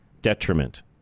detriment